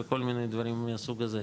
וכל מיני דברים מהסוג הזה.